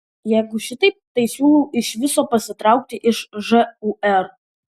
jeigu šitaip tai siūlau iš viso pasitraukti iš žūr